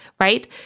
right